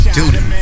Dude